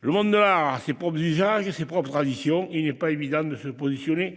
Le monde de l'art a ses propres usages, ses propres traditions, et il n'est pas évident de se positionner